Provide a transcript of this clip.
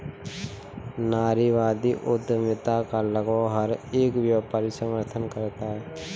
नारीवादी उद्यमिता का लगभग हर एक व्यापारी समर्थन करता है